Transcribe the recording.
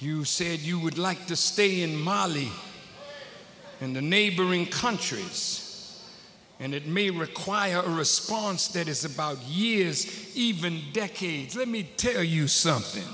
you said you would like to stay in mali and the neighboring countries and it may require a response that is about years even decades let me tell you something